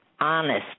honest